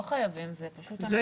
אנחנו לא חייבים, זו פשוט המדיניות.